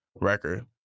record